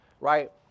right